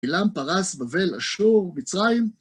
עילם, פרס, בבל, אשור, מצרים.